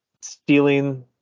stealing